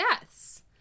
deaths